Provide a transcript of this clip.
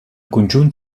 conjunt